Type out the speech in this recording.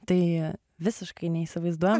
tai visiškai neįsivaizduojam